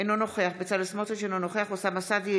אינו נוכח בצלאל סמוטריץ' אינו נוכח אוסאמה סעדי,